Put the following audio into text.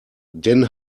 den